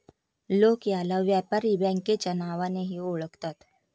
लोक याला व्यापारी बँकेच्या नावानेही ओळखतात